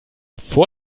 vor